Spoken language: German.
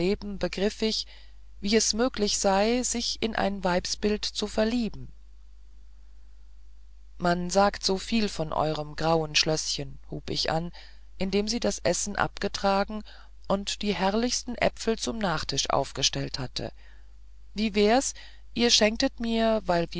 begriff ich wie es möglich sei sich in ein weibsbild zu verlieben man sagt soviel von eurem grauen schlößchen hub ich an nachdem sie das essen abgetragen und die herrlichsten äpfel zum nachtisch aufgestellt hatte wie wär's ihr schenktet mir weil